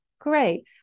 Great